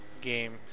game